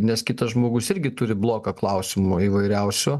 nes kitas žmogus irgi turi bloką klausimų įvairiausių